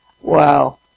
Wow